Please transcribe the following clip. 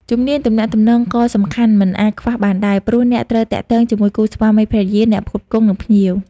ជំនាញទំនាក់ទំនង ក៏សំខាន់មិនអាចខ្វះបានដែរ ព្រោះអ្នកត្រូវទាក់ទងជាមួយគូស្វាមីភរិយា អ្នកផ្គត់ផ្គង់ និងភ្ញៀវ។